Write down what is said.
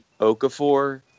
Okafor